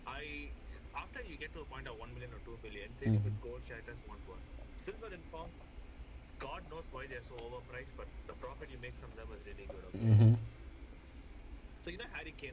mm mmhmm